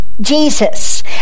Jesus